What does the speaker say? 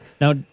Now